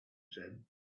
said